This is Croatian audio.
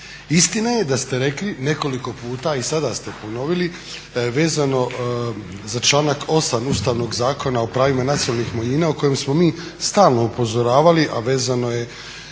Istina je da ste rekli nekoliko puta i sada ste ponovili vezano za članak 8. Ustavnog zakona o pravima nacionalnih manjina o kojem smo mi stalno upozoravali a vezano je